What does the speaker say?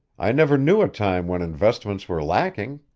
i never knew a time when investments were lacking.